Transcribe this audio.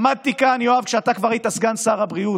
עמדתי כאן, יואב, כשאתה כבר היית סגן שר הבריאות,